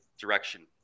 direction